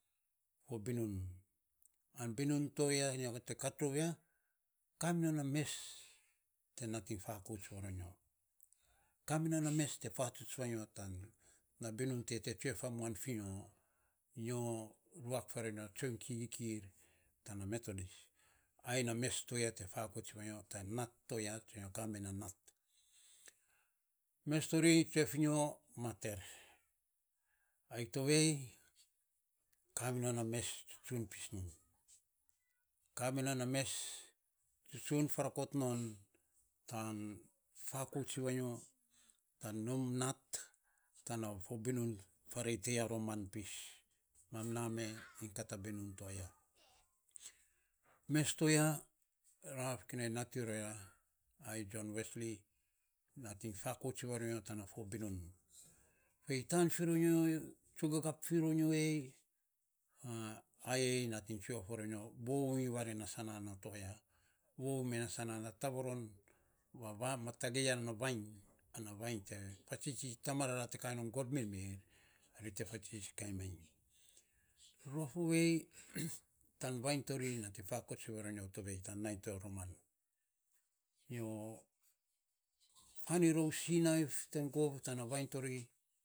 Fo binun an binun toya, nyo, nating kat rou ya ka mi non na mes te nating fakouts varonyo, ka mi non na mes te tsue of mi nyo iny ruak farei a tsoiny kikikir tan methodis, ai na mesto ya te fakouts vainyo, sa nyo ka me na nat, mes tori tsue fi nyo mat er, ai to vei kaminon ames tsutsun pis non ka mi non na mes tsutsun farakot non tan fakouts ir vainyo, tan nom nat, farei for binun ti ya roman pis, mam na me iny kat a binun to aya me to ya ra fo kinai nat iny ror ya ai jon wesli nating fakouts varo nyo ei, ai natiny tsue fi varonyo nei vovou vare na sanan na ti ya vovou me na sanan na tavaron ma tagei ya na vainy te fatsitsi tama rara te kai non gor mirmir ri te fatsitsi kainy ma iny rofovei tan vainy tori nating fakouts ir varo nyo tovei nainy to roman nyo fain rou sinav ten gov tan vainy tori.